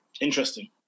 Interesting